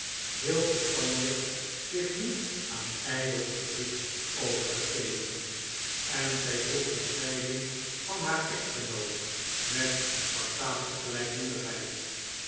heel verstandig zich niet aan ijdel verdriet over te geven en zij droeg de scheiding van haar echtgenoot met spartaansche